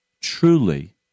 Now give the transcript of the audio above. truly